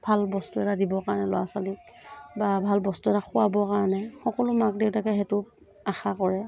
ভাল বস্তু এটা দিবৰ কাৰণে ল'ৰা ছোৱালীক বা ভাল বস্তু এটা খোৱাবৰ কাৰণে সকলো মাক দেউতাকে সেইটো আশা কৰে